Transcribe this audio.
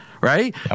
right